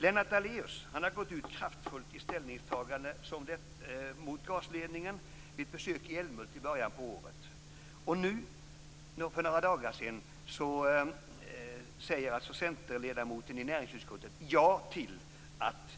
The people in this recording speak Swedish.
Lennart Daléus har gått ut kraftfullt i sitt ställningstagande mot gasledningen vid ett besök i Älmhult i början av året. Och för några dagar sedan sade centerledamoten i näringsutskottet ja till att